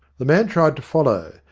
the man tried to follow,